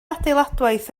adeiladwaith